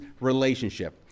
relationship